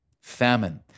famine